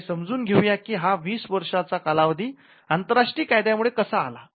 हे समजून घेऊया की हा वीस वर्षाचा कालावधी अंतरराष्ट्रीय कायद्यामुळे कसा आला